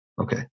Okay